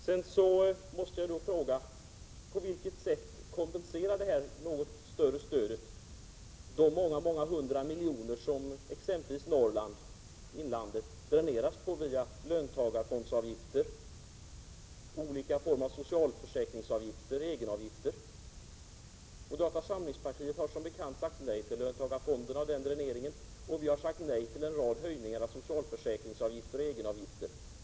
Sedan måste jag fråga: På vilket sätt kompenserar detta något större stöd de många hundra miljoner som exempelvis Norrlands inland dräneras på via löntagarfondsavgifter, olika socialförsäkringsavgifter, egenavgifter osv.? Moderata samlingspartiet har som bekant sagt nej till löntagarfonderna och den dränering de medför. Vi har också sagt nej till höjningar av socialförsäkringsavgifter och egenavgifter.